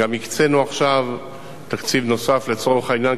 גם הקצינו עכשיו תקציב נוסף לצורך העניין,